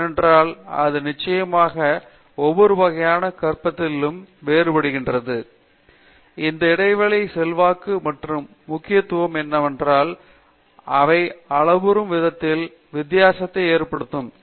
ஏனென்றால் அது நிச்சயமாக ஒவ்வொரு வகையான கற்பிப்பிலிருந்து மிகவும் வித்தியாசமாக இருக்கிறது இந்த இடைவினைக்கு செல்வாக்கு மற்றும் முக்கியத்துவம் என்னவென்றால் அவை வளரும் விதத்தில் வித்தியாசத்தை ஏற்படுத்தும்